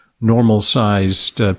normal-sized